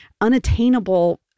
unattainable